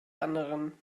anderen